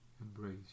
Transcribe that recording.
embrace